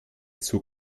zug